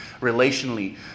relationally